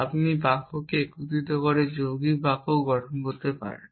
আপনি বাক্যকে একত্রিত করে যৌগিক বাক্য গঠন করতে পারেন